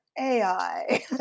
AI